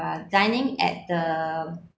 uh dining at the